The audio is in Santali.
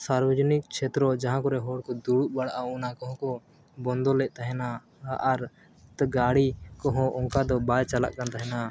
ᱥᱟᱨᱵᱚᱡᱚᱱᱤᱠ ᱪᱷᱮᱛᱨᱚ ᱡᱟᱦᱟᱸ ᱠᱚᱨᱮ ᱦᱚᱲᱠᱚ ᱫᱩᱲᱩᱵ ᱵᱟᱲᱟᱜᱼᱟ ᱚᱱᱟ ᱠᱚᱦᱚᱸ ᱠᱚ ᱵᱚᱱᱫᱚᱞᱮᱫ ᱛᱟᱦᱮᱱᱟ ᱟᱨ ᱜᱟᱹᱰᱤ ᱠᱚᱦᱚᱸ ᱚᱱᱠᱟ ᱫᱚ ᱵᱟᱭ ᱪᱟᱞᱟᱜ ᱠᱟᱱ ᱛᱟᱦᱮᱱᱟ